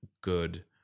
good